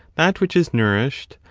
that which is nourished,